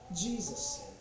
Jesus